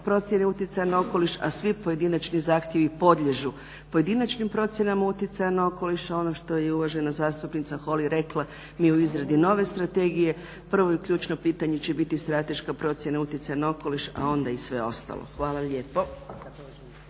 procjene utjecaja na okoliš, a svi pojedinačni zahtjevi podliježu pojedinačnim procjenama utjecaja na okoliš, a ono što je uvažena zastupnica Holy rekla mi u izradi nove strategije prvo i ključno pitanje će biti strateška procjena utjecaja na okoliša a onda i sve ostalo. Hvala lijepo.